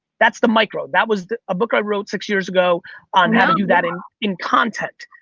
that's the micro. that was a book i wrote six years ago on how to do that in in content.